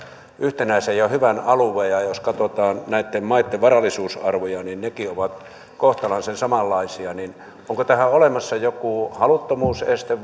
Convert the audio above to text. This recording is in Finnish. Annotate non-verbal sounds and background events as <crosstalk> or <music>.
yhtenäisen ja hyvän alueen ja ja jos katsotaan näitten maitten varallisuusarvoja niin nekin ovat kohtalaisen samanlaisia onko tähän olemassa joku haluttomuuseste <unintelligible>